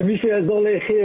כמו שאת רואה גברתי,